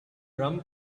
rum